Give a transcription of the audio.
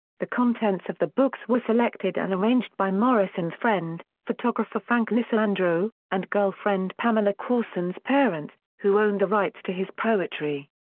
the contents of the books were selected and arranged by morrison's friend, photographer frank lisciandro, and girlfriend pamela courson's parents, who owned the rights to his poetry.